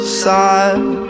side